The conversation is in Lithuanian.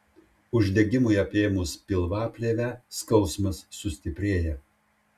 uždegimui apėmus pilvaplėvę skausmas sustiprėja